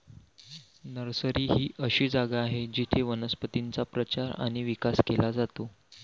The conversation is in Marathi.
नर्सरी ही अशी जागा आहे जिथे वनस्पतींचा प्रचार आणि विकास केला जातो